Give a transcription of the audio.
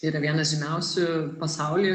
tai yra vienas žymiausių pasaulyje